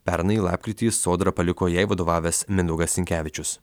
pernai lapkritį sodrą paliko jai vadovavęs mindaugas sinkevičius